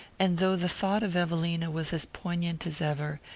and though the thought of evelina was as poignant as ever,